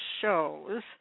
Shows